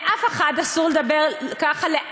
לאף אחד אסור לדבר ככה,